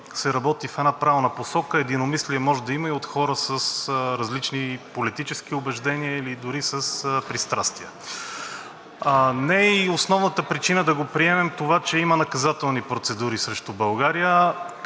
се работи в една правилна посока, единомислие може да има и от хора с различни политически убеждения или дори с пристрастия. Не е и основната причина да приемем това, че има наказателни процедури срещу България,